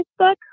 Facebook